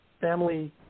Family